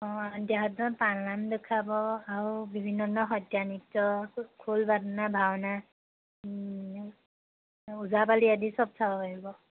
অঁ পালনাম দেখুৱাব আৰু বিভিন্ন ধৰণৰ সত্ৰীয়া নৃত্য খোল বাদন ভাওনা ওজাপালি আদি চব চাব পাৰিব